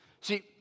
See